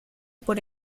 por